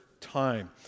time